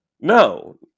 No